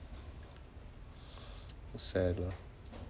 sad lah